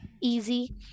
easy